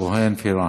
כהן-פארן.